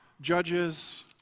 Judges